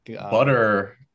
Butter